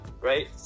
Right